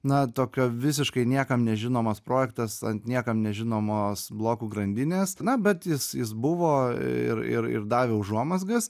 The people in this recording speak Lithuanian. na tokio visiškai niekam nežinomas projektas ant niekam nežinomos blokų grandinės na bet jis jis buvo ir ir ir davė užuomazgas